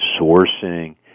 sourcing